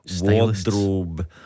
wardrobe